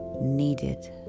needed